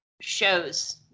shows